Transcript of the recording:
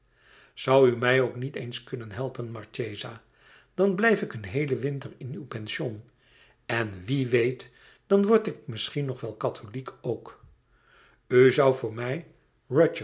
zoû u mij ook niet eens kunnen helpen marchesa dan blijf ik een heelen winter in uw pension en wie weet dan word ik misschien nog wel katholiek ook u zoû voor mij